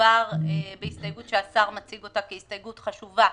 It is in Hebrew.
שמדובר בהסתייגות שהשר מציג אותה כהסתייגות חשובה,